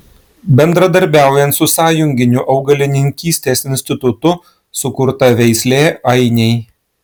bendradarbiaujant su sąjunginiu augalininkystės institutu sukurta veislė ainiai